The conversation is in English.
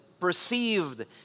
perceived